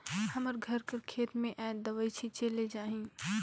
हमर घर कर खेत में आएज दवई छींचे ले जाही